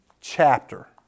chapter